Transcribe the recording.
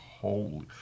holy